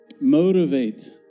Motivate